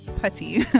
putty